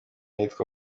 yitwa